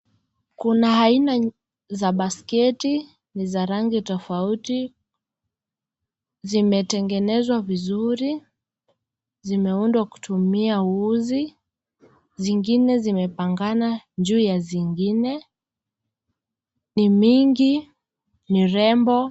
Kuna aina za basketi , ni za rangi tofauti, zimetegenezwa vizuri, zimeundwa kutumia uzi, zingine zimepangana juu ya zingine, ni mingi, ni rembo.